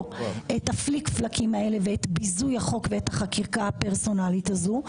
את הפליק-פלקים האלה ואת ביזוי החוק ואת החקיקה הפרסונלית הזו,